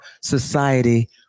society